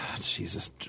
Jesus